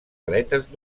aletes